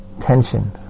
tension